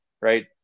Right